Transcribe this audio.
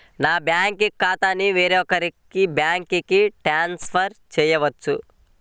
నా బ్యాంక్ ఖాతాని వేరొక బ్యాంక్కి ట్రాన్స్ఫర్ చేయొచ్చా?